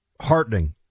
heartening